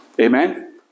Amen